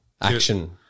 Action